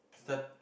start